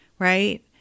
right